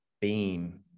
beam